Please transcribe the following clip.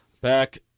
back